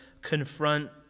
confront